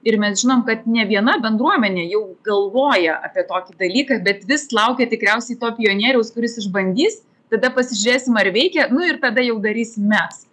ir mes žinom kad ne viena bendruomenė jau galvoja apie tokį dalyką bet vis laukia tikriausiai to pionieriaus kuris išbandys tada pasižiūrėsim ar veikia nu ir tada jau darysim mes